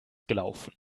gelaufen